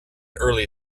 early